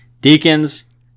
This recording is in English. Deacons